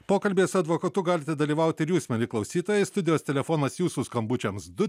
pokalbyje su advokatu galite dalyvauti ir jūs mieli klausytojai studijos telefonas jūsų skambučiams du